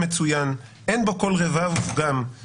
המצוין / אין בו כל רבב ופגם / ורבותיי,